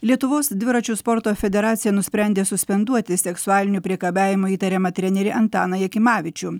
lietuvos dviračių sporto federacija nusprendė suspenduoti seksualiniu priekabiavimu įtariamą trenerį antaną jakimavičių